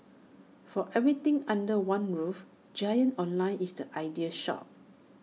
for everything under one roof giant online is the ideal shore